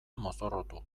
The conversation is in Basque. mozorrotu